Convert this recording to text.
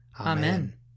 Amen